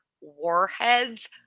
warheads